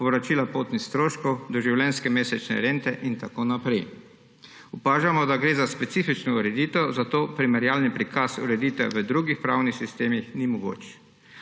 povračila potnih stroškov, doživljenjske mesečne rente in tako naprej. Opažamo, da gre za specifično ureditev, zato primerjalni prikaz ureditev v drugih pravnih sistemih ni mogoč.